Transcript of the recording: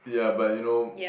yeah but you know